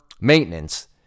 maintenance